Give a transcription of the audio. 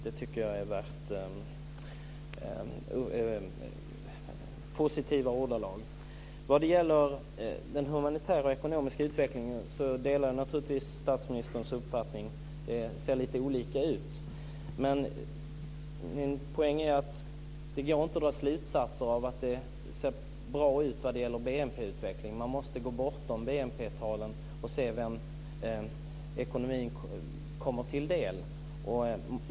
Jag tycker att det är värt positiva ordalag. Vad gäller den humanitära och ekonomiska utvecklingen delar jag naturligtvis statsministerns uppfattning att det ser lite olika ut. Men min poäng är att det inte går att dra slutsatser av att det ser bra ut vad gäller BNP-utvecklingen, utan man måste gå bortom BNP-talen och se vem ekonomin kommer till del.